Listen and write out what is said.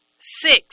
six